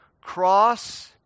cross